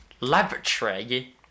laboratory